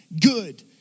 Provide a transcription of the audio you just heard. good